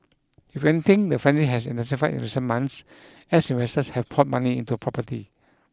if anything the frenzy has intensified in recent months as investors have poured money into property